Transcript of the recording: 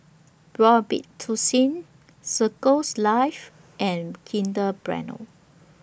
Robitussin Circles Life and Kinder Bueno